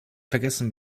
vergessen